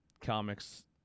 comics